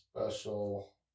special